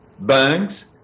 banks